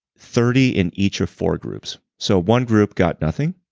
thirty in each of four groups. so, one group got nothing.